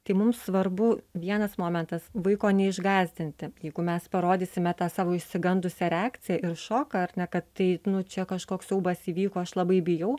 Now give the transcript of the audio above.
tai mums svarbu vienas momentas vaiko neišgąsdinti jeigu mes parodysime tą savo išsigandusią reakciją ir šoką ar ne kad tai nu čia kažkoks siaubas įvyko aš labai bijau